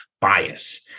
bias